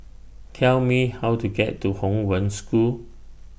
Tell Me How to get to Hong Wen School